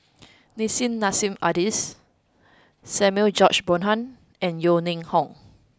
Nissim Nassim Adis Samuel George Bonham and Yeo Ning Hong